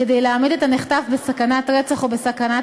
כדי להעמיד את הנחטף בסכנת רצח או בסכנת